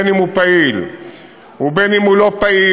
בין שהוא פעיל ובין שהוא לא פעיל,